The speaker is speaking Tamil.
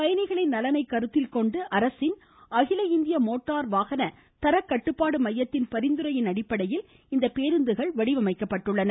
பயணிகளின் நலனை கருத்தில்கொண்டு அரசின் அகில இந்திய மோட்டார் வாகன தர கட்டுப்பாடு மையத்தின் பரிந்துரையின் அடிப்படையில் இப்பேருந்துகள் வடிவமைக்கப்பட்டுள்ளன